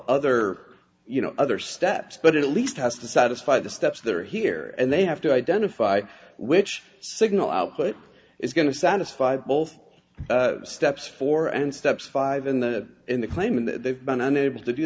other you know other steps but it at least has to satisfy the steps that are here and they have to identify which signal output is going to satisfy both steps four and steps five in the in the claim and they've been unable to do